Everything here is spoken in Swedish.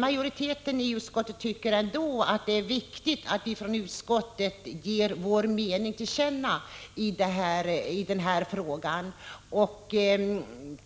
Majoriteten i utskottet tycker ändå att det är viktigt att vi från utskottet ger vår mening i denna fråga till känna.